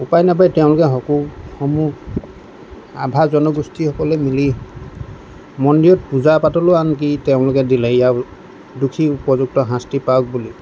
উপাই নাপাই তেওঁলোকে সমূহ ৰাভা জনগোষ্ঠীসকলে মিলি মন্দিৰত পূজা পাতলো আনকি তেওঁলোকে দিলে ইয়াৰ দোষীৰ উপযুক্ত শাস্তি পাওক বুলি